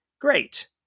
great